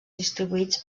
distribuïts